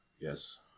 Yes